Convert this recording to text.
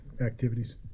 activities